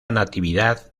natividad